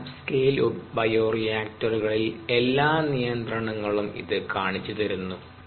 lab scale ബയോറിയാക്ടറുകളിൽ എല്ലാ നിയന്ത്രണങ്ങളും ഇത് കാണിച്ചു തരുന്നു